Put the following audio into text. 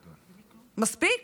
מספיק.